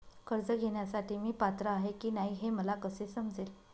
कर्ज घेण्यासाठी मी पात्र आहे की नाही हे मला कसे समजेल?